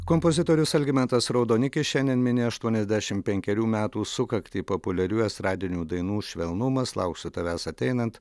kompozitorius algimantas raudonikis šiandien mini aštuoniasdešim penkerių metų sukaktį populiarių estradinių dainų švelnumas lauksiu tavęs ateinant